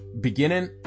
beginning